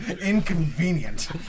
Inconvenient